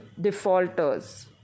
defaulters